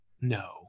no